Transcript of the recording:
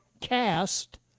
Cast